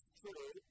true